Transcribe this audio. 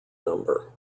number